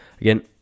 again